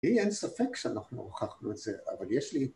‫אין ספק שאנחנו הוכחנו את זה, ‫אבל יש לי...